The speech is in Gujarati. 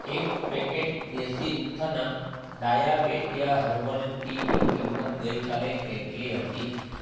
એક packet Desi Utthana Diabetea herbal ટીની કિંમત ગઈકાલે કેટલી હતી